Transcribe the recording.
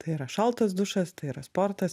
tai yra šaltas dušas tai yra sportas